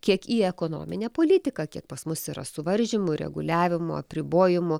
kiek į ekonominę politiką kiek pas mus yra suvaržymų reguliavimo apribojimų